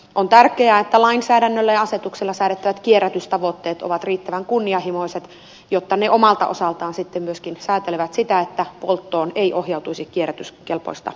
on tärkeää että lainsäädännöllä ja asetuksilla säädettävät kierrätystavoitteet ovat riittävän kunnianhimoiset jotta ne omalta osaltaan sitten myöskin säätelevät sitä että polttoon ei ohjautuisi kierrätyskelpoista jätettä